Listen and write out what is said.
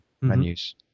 menus